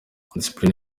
discipline